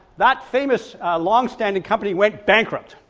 that famous long standing company went bankrupt,